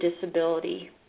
disability